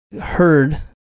heard